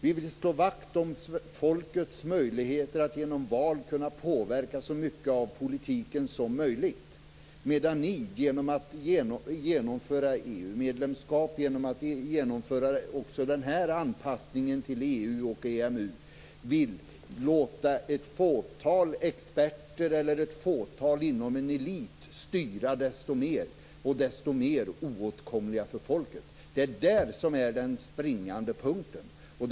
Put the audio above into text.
Vi vill slå vakt om folkets möjligheter att genom val påverka så mycket av politiken som möjligt, medan ni genom att genomföra EU-medlemskap och genom att genomföra också denna anpassning till EU och EMU vill låta ett fåtal experter eller ett fåtal inom en elit styra desto mer. Desto mer oåtkomligt blir de för folket. Det är detta som är den springande punkten.